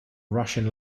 russian